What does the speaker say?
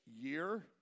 year